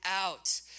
out